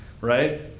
right